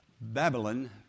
Babylon